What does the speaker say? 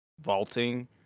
vaulting